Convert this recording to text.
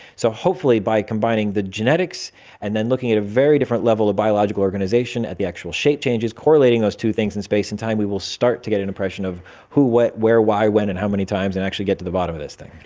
so hopefully by combining the genetics and then looking at a very different level of biological organisation, at the actual shape changes, correlating those two things in space and time, we will start to get an impression of who, what, where, why, when and how many times and actually get to the bottom of this thing.